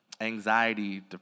anxiety